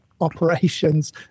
operations